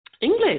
English